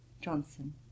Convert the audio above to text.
Johnson